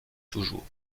toujours